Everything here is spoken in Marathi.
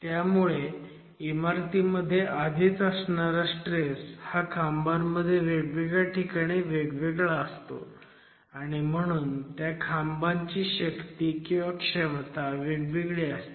त्यामुळे इमारतीमध्ये आधीच असणारा स्ट्रेस हा खांबांमध्ये वेगवेगळ्या ठिकाणी वेगवेगळा असतो आणि म्हणून त्या खांबांची शक्तीक्षमता वेगवेगळी असते